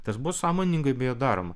tas bus sąmoningai beje daroma